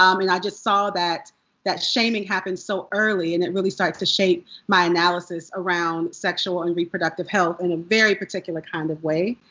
um and i just saw that that shaming happen so early. and it really started to shape my analysis around sexual and reproductive health in a very particular kind of way.